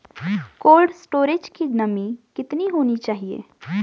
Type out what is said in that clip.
Cold storage की नमी कितनी होनी चाहिए?